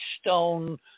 stone